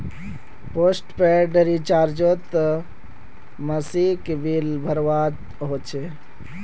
postpaid रिचार्जोत मासिक bill भरवा होचे